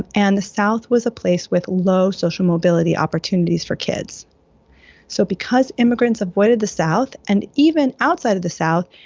and the south was a place with low social mobility opportunities for kids so because immigrants avoided the south and, even outside of the south,